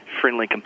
friendly